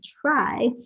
try